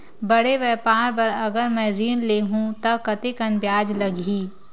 बड़े व्यापार बर अगर मैं ऋण ले हू त कतेकन ब्याज लगही?